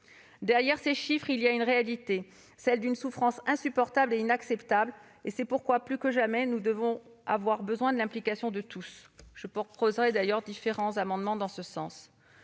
Derrière ces chiffres, il y a une réalité, celle d'une souffrance insupportable et inacceptable. C'est pourquoi, plus que jamais, nous avons besoin de l'implication de tous. Je présenterai différents amendements sur ce sujet.